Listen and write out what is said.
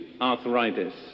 arthritis